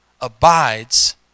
abides